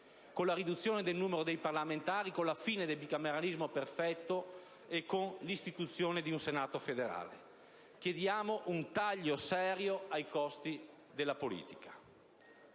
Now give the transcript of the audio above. con la riduzione del numero dei parlamentari, con la fine del bicameralismo perfetto e con l'istituzione di un Senato federale. Chiediamo un taglio serio ai costi della politica.